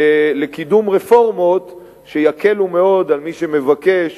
ולקידום רפורמות שיקלו מאוד על מי שמבקש